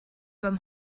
beim